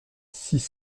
six